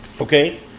okay